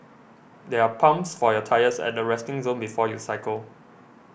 there are pumps for your tyres at the resting zone before you cycle